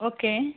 okay